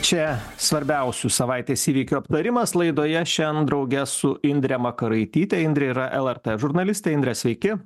čia svarbiausių savaitės įvykių aptarimas laidoje šiandien drauge su indre makaraityte indrė yra lrt žurnalistė indre sveiki